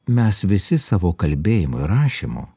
mes visi savo kalbėjimu ir rašymu